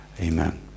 Amen